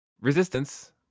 Resistance